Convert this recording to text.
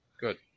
Good